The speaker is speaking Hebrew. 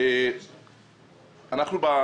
שלום.